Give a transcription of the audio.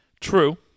True